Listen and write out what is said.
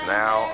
now